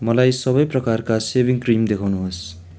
मलाई सबै प्रकारका सेभिङ क्रिम देखाउनु होस्